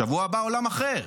בשבוע הבא עולם אחר.